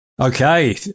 Okay